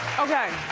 okay,